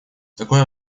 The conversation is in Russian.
такое